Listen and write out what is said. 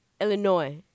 Illinois